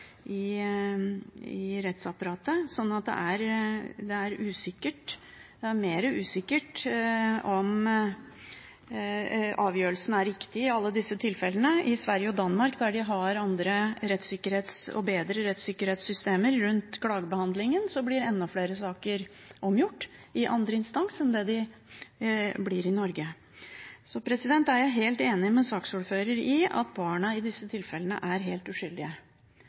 rettsapparatet, så det er mer usikkert om avgjørelsen er riktig i alle disse tilfellene. I Sverige og Danmark, der en har andre og bedre rettssikkerhetssystemer rundt klagebehandlingen, blir enda flere saker omgjort i andre instans enn det gjør i Norge. Så er jeg helt enig med saksordfører i at barna i disse tilfellene er helt uskyldige.